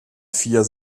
vier